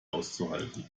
auszuhalten